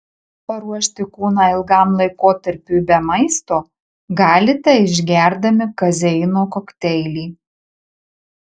paruošti kūną ilgam laikotarpiui be maisto galite išgerdami kazeino kokteilį